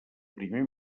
primer